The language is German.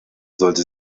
sollte